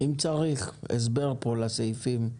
אם צריך הסבר פה לסעיפים.